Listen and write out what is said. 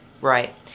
Right